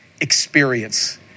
experience